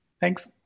Thanks